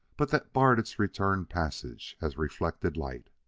but that barred its return passage as reflected light.